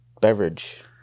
Beverage